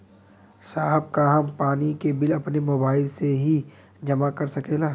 साहब का हम पानी के बिल अपने मोबाइल से ही जमा कर सकेला?